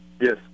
Yes